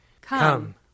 Come